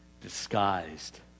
Disguised